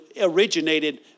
originated